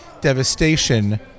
devastation